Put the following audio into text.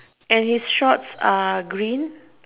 and his shorts are green